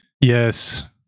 Yes